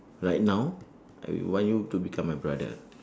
right now I want you to become my brother